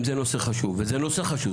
אם זה נושא חשוב וזה נושא חשוב,